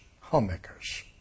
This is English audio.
homemakers